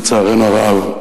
לצערנו הרב,